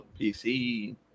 PC